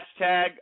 hashtag